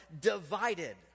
divided